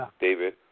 David